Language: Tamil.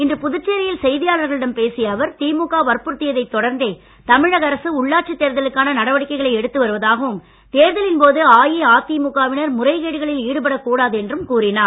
இன்று புதுச்சேரியில் செய்தியாளர்களிடம் பேசிய அவர் திமுக வற்புறுத்தியதைத் தொடர்ந்தே தமிழக அரசு உள்ளாட்சி தேர்தலுக்கான நடவடிக்கைகளை எடுத்து வருவதாகவும் தேர்தலின் போது அஇஅதிமுகவினர் முறைகேடுகளில் ஈடுபடக் கூடாது என்றும் கூறினார்